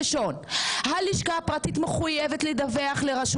הלשכה הפרטית מחוייבת לדווח לרשות